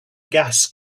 gas